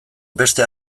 beste